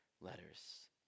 letters